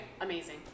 Amazing